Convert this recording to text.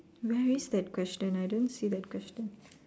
where is that question I don't see that question